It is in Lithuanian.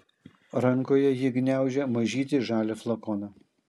rankoje ji gniaužė mažytį žalią flakoną